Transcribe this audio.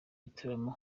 gitaramo